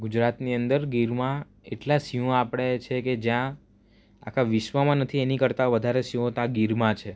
ગુજરાતી અંદર ગીરમાં એટલા સિંહનો આપણે છે કે જે ત્યાં આખા વિશ્વમાં નથી એની કરતાં વધારે સિંહો તાં ગીરમાં છે